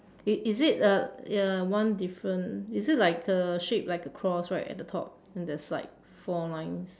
it is it uh uh one different is it like err shape like a cross right at the top and there's like four lines